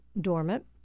dormant